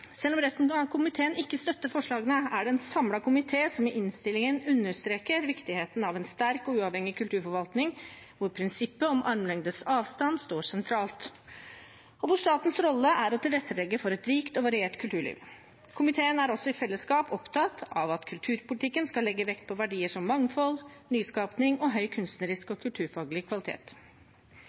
Selv om resten av komiteen ikke støtter forslagene, er det en samlet komité som i innstillingen understreker viktigheten av en sterk og uavhengig kulturforvaltning hvor prinsippet om armlengdes avstand står sentralt, og hvor statens rolle er å tilrettelegge for et rikt og variert kulturliv. Komiteen er også i fellesskap opptatt av at kulturpolitikken skal legge vekt på verdier som mangfold, nyskaping og høy kunstnerisk og kulturfaglig kvalitet.